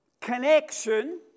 connection